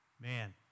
man